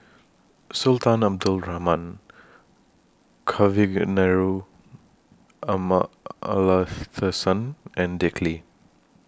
Sultan Abdul Rahman Kavignareru Amallathasan and Dick Lee